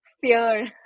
fear